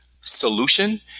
solution